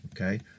Okay